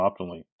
optimally